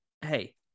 Hey